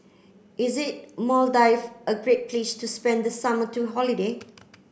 is it Maldives a great place to spend the summer to holiday